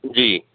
جی